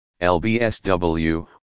LBSW